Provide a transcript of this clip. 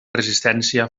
resistència